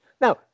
Now